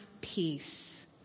peace